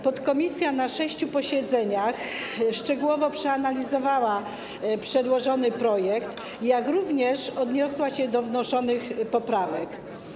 Podkomisja na sześciu posiedzeniach zarówno szczegółowo przeanalizowała przedłożony projekt, jak również odniosła się do wniesionych poprawek.